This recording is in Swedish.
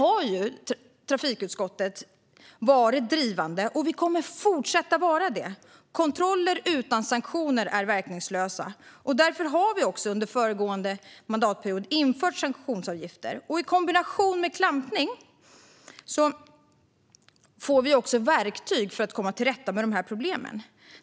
Här har trafikutskottet varit drivande, och vi kommer att fortsätta vara det. Kontroller utan sanktioner är verkningslösa. Därför har vi under föregående mandatperiod infört sanktionsavgifter. I kombination med klampning blir det verktyg för att komma till rätta med de här problemen.